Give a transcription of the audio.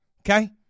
okay